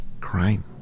crime